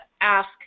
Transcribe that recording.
ask